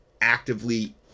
actively